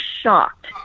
shocked